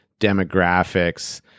demographics